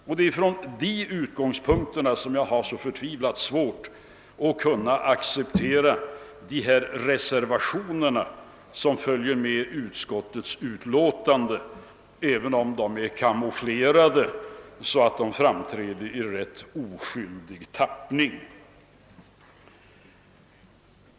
Och det är från den utgångspunkten som jag har så oerhört svårt att acceptera de reservationer som är fogade till utskottets utlåtande, även om de är kamouflerade så att de framträder i ganska oskyldig dager.